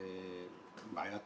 בעיית